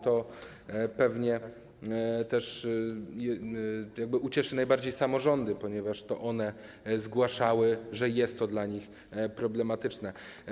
To pewnie ucieszy najbardziej samorządy, ponieważ to one zgłaszały, że jest to dla nich problematyczne.